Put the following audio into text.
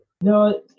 No